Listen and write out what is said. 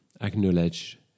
acknowledge